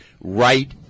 right